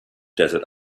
desert